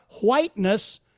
whiteness